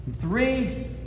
three